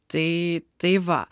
tai tai va